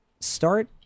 start